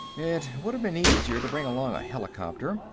it would have been easier to bring along a helicopter,